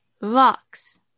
rocks